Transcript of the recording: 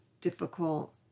difficult